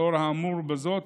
לאור האמור בזאת,